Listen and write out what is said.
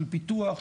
של פיתוח,